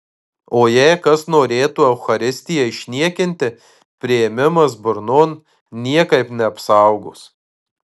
o jei kas norėtų eucharistiją išniekinti priėmimas burnon niekaip neapsaugos